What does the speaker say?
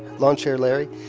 lawn chair larry,